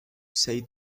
say